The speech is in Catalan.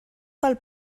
pel